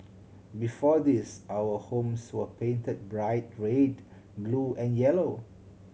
before this our homes were painted bright red blue and yellow